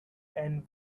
and